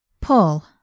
Pull